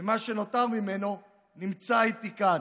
מה שנותר ממנו, נמצא איתי כאן.